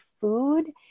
food